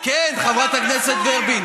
ישראל, שנותן, היה הנשיא הכי משמעותי